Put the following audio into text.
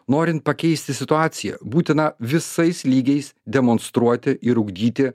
norin pakeisti situaciją būtina visais lygiais demonstruoti ir ugdyti